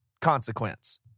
consequence